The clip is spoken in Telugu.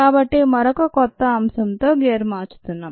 ఇక్కడ మరొక కొత్త అంశంతో గేరు మార్చుతున్నాం